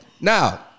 Now